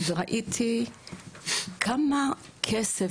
ראיתי כמה כסף